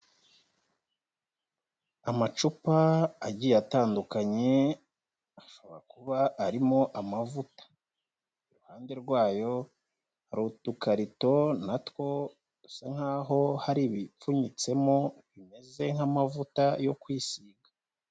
Amacupa agiye atandukanye ashobora kuba arimo amavuta. Iruhande rwayo hari utukarito natwo dusa nkaho hari ibipfunyitsemo bimeze nk'amavuta yo kwisiga.